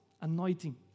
anointing